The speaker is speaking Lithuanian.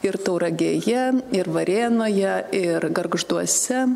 ir tauragėje ir varėnoje ir gargžduose